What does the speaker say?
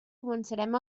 començarem